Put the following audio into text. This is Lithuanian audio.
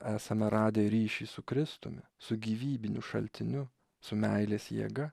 esame radę ryšį su kristumi su gyvybiniu šaltiniu su meilės jėga